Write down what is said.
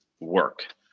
work